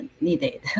needed